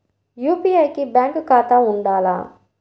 UPI కి bank ఖాతా ఉండాల?